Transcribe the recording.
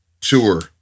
tour